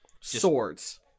Swords